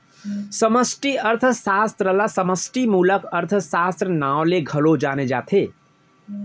समस्टि अर्थसास्त्र ल समस्टि मूलक अर्थसास्त्र, नांव ले घलौ जाने जाथे